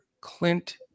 Clint